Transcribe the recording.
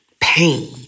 pain